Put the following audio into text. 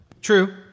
True